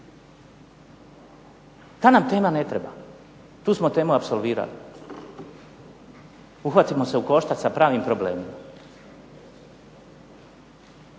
Ta nam tema ne treba. Tu smo temu apsolvirali. Uhvatimo se u koštac sa pravim problemima.